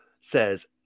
says